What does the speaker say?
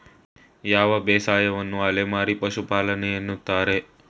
ಯಾವ ಬೇಸಾಯವನ್ನು ಅಲೆಮಾರಿ ಪಶುಪಾಲನೆ ಎನ್ನುತ್ತಾರೆ?